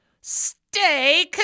Stay